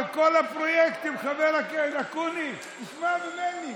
על כל הפרויקטים, חבר הכנסת אקוניס, תשמע ממני.